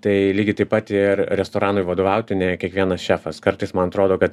tai lygiai taip pat ir restoranui vadovauti ne kiekvienas šefas kartais man atrodo kad